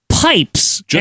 Pipes